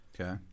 Okay